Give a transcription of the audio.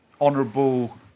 honourable